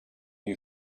you